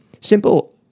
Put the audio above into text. simple